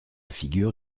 figure